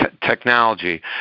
technology